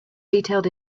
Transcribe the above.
detailed